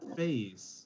face